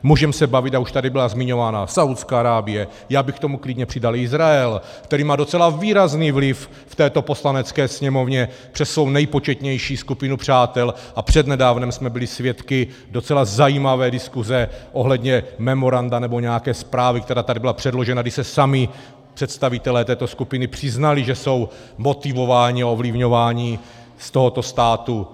Můžeme se bavit a už tady byla zmiňována Saúdská Arábie, já bych k tomu klidně přidal i Izrael, který má docela výrazný vliv v této Poslanecké sněmovně přes svou nejpočetnější skupinou přátel, a přednedávnem jsme byli svědky docela zajímavé diskuze ohledně memoranda, nebo nějaké zprávy, která tady byla předložena, když se sami představitelé této skupiny přiznali, že jsou motivováni a ovlivňováni z tohoto státu.